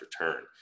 return